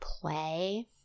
play